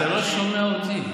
אתה לא שומע אותי.